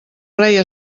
rei